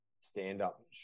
stand-up